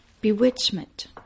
Bewitchment